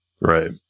Right